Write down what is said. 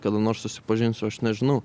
kada nors susipažinsiu aš nežinau